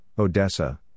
Odessa